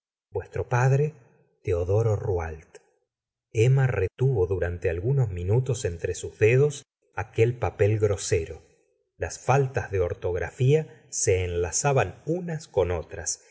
vuestro padre teodoro rouault emma retuvo durante algunos minutos entre sus dedos aquel papel grosero las faltas de ortografía se enlazaban unas con otras